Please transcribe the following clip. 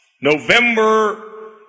November